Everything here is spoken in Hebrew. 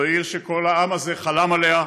זו עיר שכל העם הזה חלם עליה,